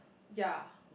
ya